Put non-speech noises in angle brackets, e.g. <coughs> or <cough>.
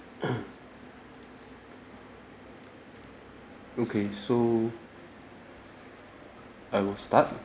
<coughs> okay so I will start